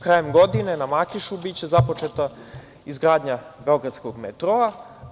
Krajem godine na Makišu biće započeta izgradnja beogradskog metroa.